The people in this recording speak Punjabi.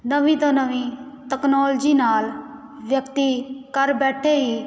ਨਵੀਂ ਤੋਂ ਨਵੀਂ ਟੈਕਨੋਲਜੀ ਨਾਲ ਵਿਅਕਤੀ ਘਰ ਬੈਠੇ ਹੀ